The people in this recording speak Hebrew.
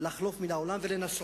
לעבור מהעולם, וצריך לנסות.